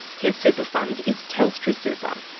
his super fund is telstra super.